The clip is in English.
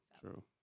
True